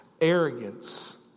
arrogance